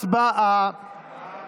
הצבעה.